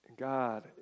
God